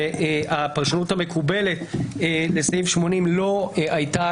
והפרשנות המקובלת לסעיף 80 לא הייתה